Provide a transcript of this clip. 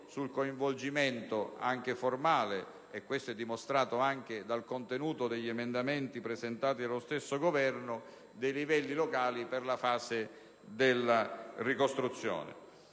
sul coinvolgimento, anche formale (ciò è dimostrato anche dal contenuto degli emendamenti presentati dallo stesso Governo), dei livelli locali per tale passaggio.